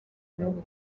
n’ubu